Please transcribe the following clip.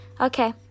Okay